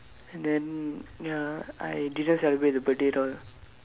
and then ya I didn't celebrate the birthday at all